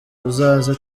uzaze